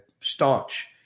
Staunch